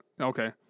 Okay